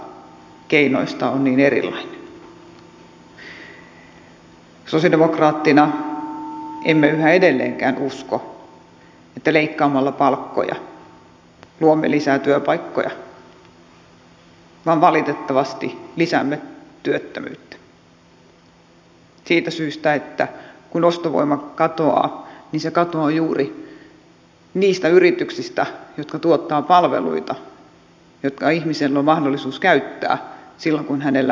sosialidemokraatteina emme yhä edelleenkään usko että leikkaamalla palkkoja luomme lisää työpaikkoja vaan että valitettavasti lisäämme työttömyyttä siitä syystä että kun ostovoima katoaa se katoaa juuri niistä yrityksistä jotka tuottavat palveluita joita ihmisen on mahdollisuus käyttää silloin kun hänellä on sitä rahaa